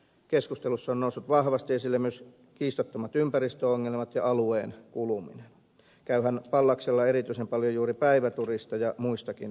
keskustelussa on noussut vahvasti esille myös kiistattomat ympäristöongelmat ja alueen kuluminen käyhän pallaksella erityisen paljon juuri päiväturisteja muistakin matkailukeskuksista